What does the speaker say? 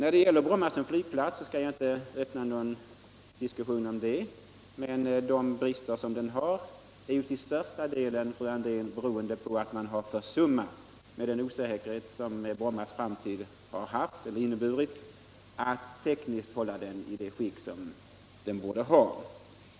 Då det gäller Bromma som flygplats skall jag inte öppna någon diskussion, men de brister den har är till största delen, fru Andrén, beroende på att man har försummat, med den osäkerhet om Brommas framtid som rått, att tekniskt hålla flygplatsen i det skick den borde ha.